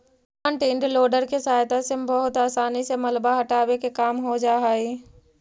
front end loader के सहायता से बहुत असानी से मलबा हटावे के काम हो जा हई